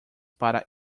para